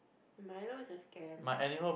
Milo is a scam